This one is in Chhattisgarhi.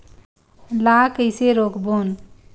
ला कइसे रोक बोन?